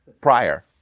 prior